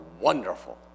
wonderful